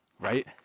right